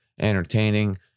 entertaining